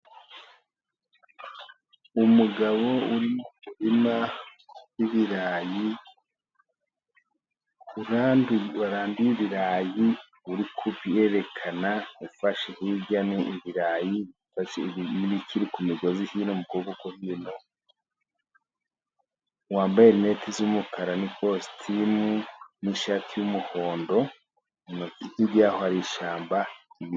Umugabo uri mu murima w'ibirayi, waranduye ibirayi uri kuyerekana, ufashe hirya no hino ibirayi, ibirayi biniri bikiri ku migozi mu kuboko ko hino, wambaye linete z'umukara, n'ikositimu, n'ishati y'umuhondo, hirya yaho hari ishyamba.